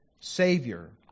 Savior